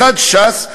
אחד ש"ס,